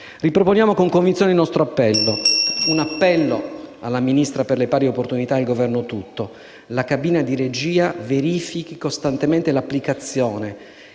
Riproponiamo con convinzione il nostro appello. Un appello alla Ministra per le pari opportunità e al Governo tutto: la cabina di regia verifichi costantemente l'applicazione,